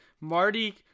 Marty